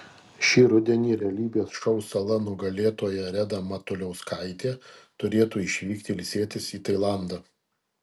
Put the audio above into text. šį rudenį realybės šou sala nugalėtoja reda matuliauskaitė turėtų išvykti ilsėtis į tailandą